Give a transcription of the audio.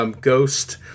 *Ghost*